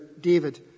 David